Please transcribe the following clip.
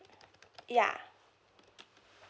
ya